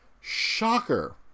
Shocker